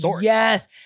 yes